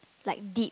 like deep